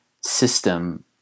system